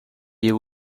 you